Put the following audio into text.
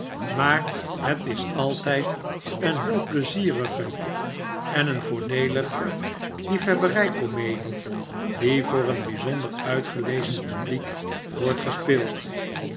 maar het is altijd een heel pleizierige en yoordeelige liefhebberij comedie die voor een bijzonder uitgelezen publiek wordt gespeeld